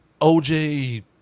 oj